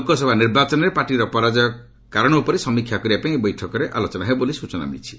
ଲୋକସଭା ନିର୍ବାଚନରେ ପାର୍ଟିର ପରାଜୟ କାରଣ ଉପରେ ସମୀକ୍ଷା କରିବା ପାଇଁ ଏହି ବୈଠକରେ ଆଲୋଚନା ହେବ ବୋଲି ସୂଚନା ମିଳିଛି